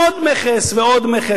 עוד מכס ועוד מכס,